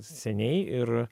seniai ir